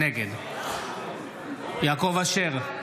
נגד יעקב אשר,